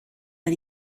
but